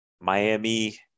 Miami